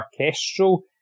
orchestral